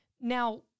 Now